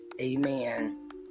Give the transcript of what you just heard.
Amen